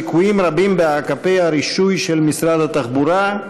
ליקויים רבים באגפי הרישוי של משרד התחבורה.